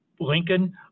Lincoln